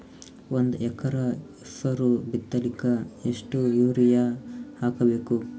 ಒಂದ್ ಎಕರ ಹೆಸರು ಬಿತ್ತಲಿಕ ಎಷ್ಟು ಯೂರಿಯ ಹಾಕಬೇಕು?